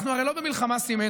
אנחנו הרי לא במלחמה סימטרית.